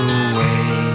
away